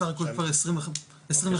בסך הכול 25 תיקים,